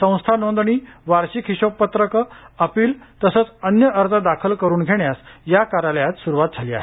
संस्था नोंदणी वार्षिक हिशोपत्रके अपिल तसेच अन्य अर्ज दाखल करून घेण्यास या कार्यालयात स्रुवात झाली आहे